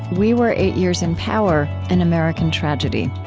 we were eight years in power an american tragedy.